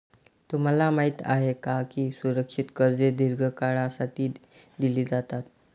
तुम्हाला माहित आहे का की सुरक्षित कर्जे दीर्घ काळासाठी दिली जातात?